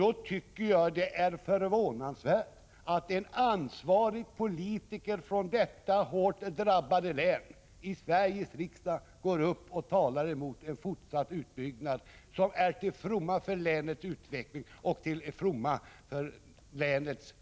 Då tycker jag att det är förvånansvärt att en ansvarig politiker från detta hårt drabbade län i Sveriges riksdag går upp och talar emot en fortsatt utbyggnad, som är till fromma för länets utveckling och till fromma för länets näring.